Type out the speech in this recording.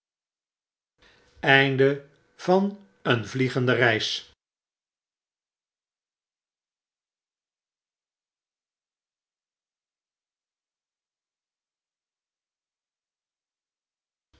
kent een vliegende keis